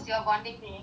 ya